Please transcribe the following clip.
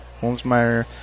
Holmesmeyer